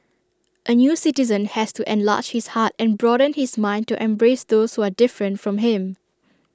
A new citizen has to enlarge his heart and broaden his mind to embrace those who are different from him